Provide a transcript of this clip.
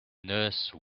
nurse